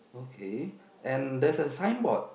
okay and there's a signboard